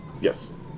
Yes